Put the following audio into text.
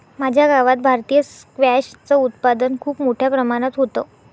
माझ्या गावात भारतीय स्क्वॅश च उत्पादन खूप मोठ्या प्रमाणात होतं